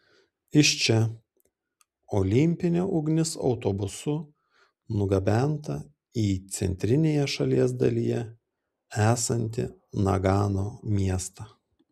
iš čia olimpinė ugnis autobusu nugabenta į centrinėje šalies dalyje esantį nagano miestą